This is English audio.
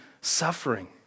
suffering